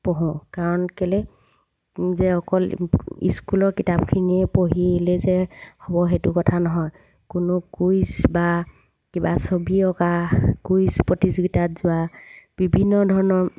পঢ়োঁ কাৰণ কেলেই যে অকল স্কুলৰ কিতাপখিনিয়ে পঢ়িলে যে হ'ব সেইটো কথা নহয় কোনো কুইজ বা কিবা ছবি অঁকা কুইজ প্ৰতিযোগিতাত যোৱা বিভিন্ন ধৰণৰ